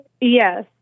Yes